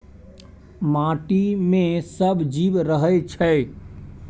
माटि मे सब जीब रहय छै